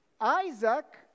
Isaac